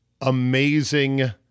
amazing